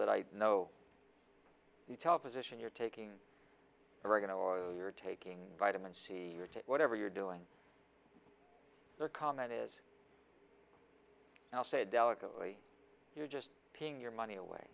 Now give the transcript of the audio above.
that i know you tell position you're taking oregano or you're taking vitamin c or to whatever you're doing the comment is now say delicately you're just paying your money